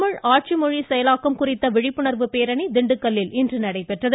தமிழ் ஆட்சி மொழி செயலாக்கம் குறித்த விழிப்புணர்வு பேரணி திண்டுக்கல்லில் இன்று நடைபெற்றது